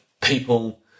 people